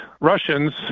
Russians